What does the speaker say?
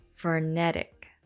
Frenetic